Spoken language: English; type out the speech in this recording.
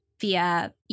via